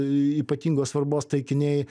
ypatingos svarbos taikiniai